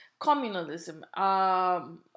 communalism